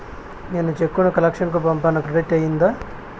నేను చెక్కు ను కలెక్షన్ కు పంపాను క్రెడిట్ అయ్యిందా